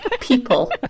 people